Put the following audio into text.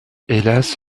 hélas